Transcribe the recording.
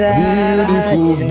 beautiful